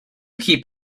keep